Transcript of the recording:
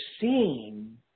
seen